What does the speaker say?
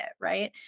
right